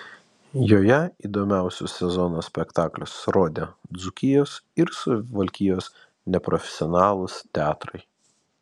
joje įdomiausius sezono spektaklius rodė dzūkijos ir suvalkijos neprofesionalūs teatrai